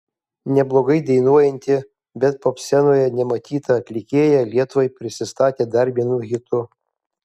neblogai dainuojanti bet popscenoje nematyta atlikėja lietuvai prisistatė dar vienu hitu